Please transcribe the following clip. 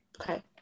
Okay